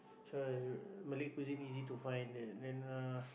so Malay cuisine easy to find there then uh